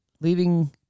leaving